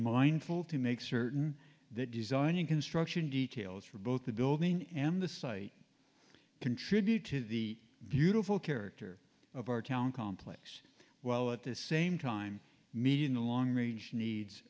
mindful to make certain that designing construction details for both the building and the site contribute to the beautiful character of our town complex while at the same time meeting the long range needs